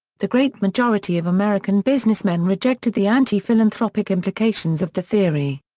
the great majority of american businessmen rejected the anti-philanthropic implications of the theory.